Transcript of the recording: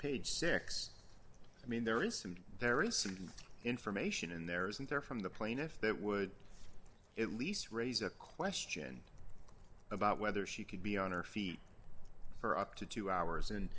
page six i mean there is some very simple information in there isn't there from the plaintiff that would at least raise a question about whether she could be on her feet for up to two hours